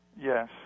Yes